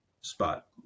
spot